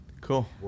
Cool